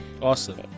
Awesome